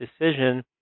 decision